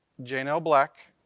janeel black,